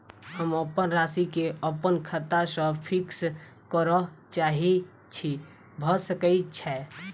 हम अप्पन राशि केँ अप्पन खाता सँ फिक्स करऽ चाहै छी भऽ सकै छै?